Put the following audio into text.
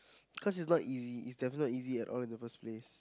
cause it's not easy it's definitely easy at all in the first place